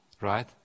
right